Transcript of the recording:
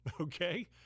okay